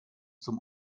zum